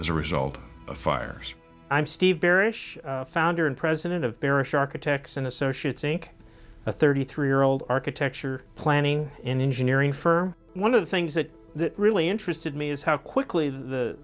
as a result of fires i'm steve barish founder and president of bearish architects and associates inc a thirty three year old architecture planning in engineering for one of the things that really interested me is how quickly the